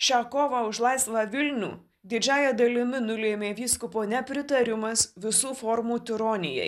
šią kovą už laisvą vilnių didžiąja dalimi nulėmė vyskupo nepritarimas visų formų tironijai